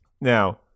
now